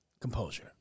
Composure